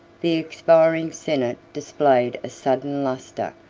the expiring senate displayed a sudden lustre,